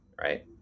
right